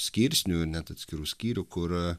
skirsnių ir net atskirų skyrių kur